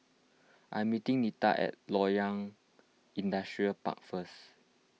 I am meeting Nita at Loyang Industrial Park first